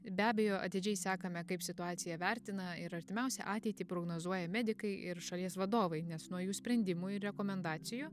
be abejo atidžiai sekame kaip situaciją vertina ir artimiausią ateitį prognozuoja medikai ir šalies vadovai nes nuo jų sprendimų ir rekomendacijų